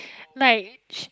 like she